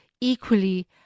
equally